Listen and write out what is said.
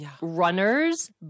runners